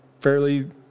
fairly